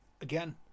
Again